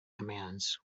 commands